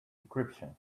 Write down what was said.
decryption